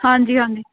ਹਾਂਜੀ ਹਾਂਜੀ